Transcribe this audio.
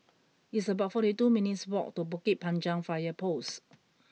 it's about forty two minutes' walk to Bukit Panjang Fire Post